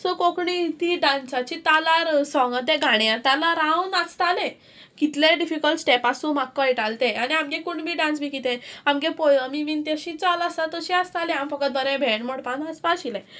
so Konkani ती डांसाची तालार सोंगा त्या गाण्या तालार हांव नाचताले कितले डिफिकल्ट स्टेप आसूं म्हाका कळटाले तें आनी आमगे कोण बी डांस बी कितें आमगे पोयमी बीन तशी चाल आसा तशी आसताली आम फक्त बरें भेंड मोडपा नाचपा आशिल्लें